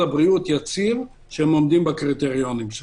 הבריאות יצהיר שהם עומדים בקריטריונים שלו.